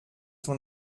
ton